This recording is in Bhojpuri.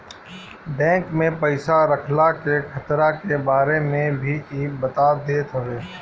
बैंक में पईसा रखला के खतरा के बारे में भी इ बता देत हवे